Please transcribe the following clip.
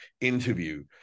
interview